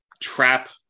trap